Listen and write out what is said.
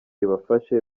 ibafashe